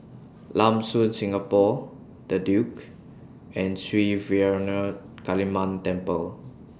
Lam Soon Singapore The Duke and Sri Vairavimada Kaliamman Temple